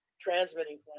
transmitting